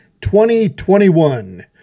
2021